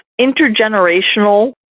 intergenerational